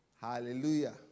Hallelujah